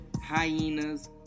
Hyenas